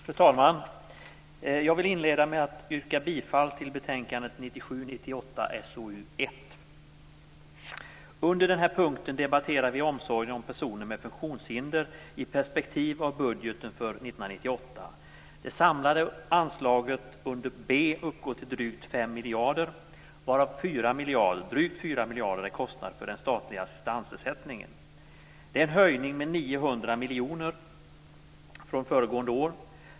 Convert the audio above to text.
Fru talman! Jag vill inleda med att yrka bifall till betänkandet 1997/98:SoU1. Under den här punkten debatterar vi omsorgen om personer med funktionshinder i perspektiv av budgeten för 1998. Det samlade anslagen under B uppgår till drygt 5 miljarder, varav drygt 4 miljarder är kostnaden för den statliga assistansersättningen. Det är en höjning med 900 miljoner från föregående år.